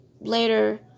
later